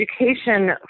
education